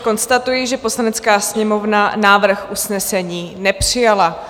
Konstatuji, že Poslanecká sněmovna návrh usnesení nepřijala.